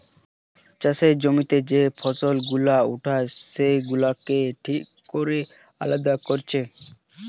চাষের জমিতে যে ফসল গুলা উঠে সেগুলাকে ঠিক কোরে আলাদা কোরছে